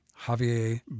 Javier